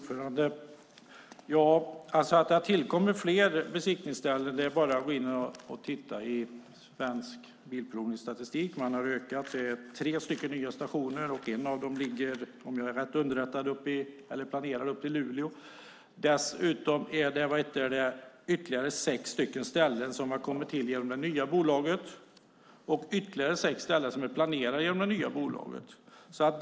Fru talman! Att det har tillkommit fler besiktningsställen ser man om man går in och tittar i Svensk Bilprovnings statistik. Det är tre nya stationer, och en av dem planeras, om jag är rätt underrättad, uppe i Luleå. Dessutom har sex ställen kommit till genom det nya bolaget, och ytterligare sex ställen är planerade genom det nya bolaget.